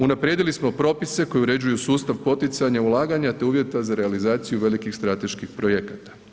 Unaprijedili smo propise koji uređuju sustav poticanja ulaganja te uvjeta za realizaciju velikih strateških projekata.